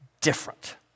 different